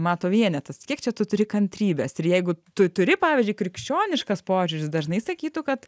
mato vienetas kiek čia tu turi kantrybės ir jeigu tu turi pavyzdžiui krikščioniškas požiūris dažnai sakytų kad